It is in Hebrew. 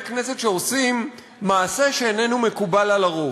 כנסת שעושים מעשה שאיננו מקובל על הרוב.